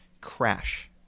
Crash